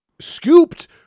scooped